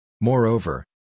Moreover